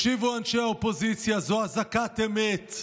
אנשי האופוזיציה, זו אזעקת אמת.